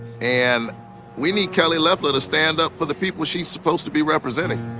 and we need kelly leffler to stand up for the people she's supposed to be representing.